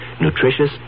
nutritious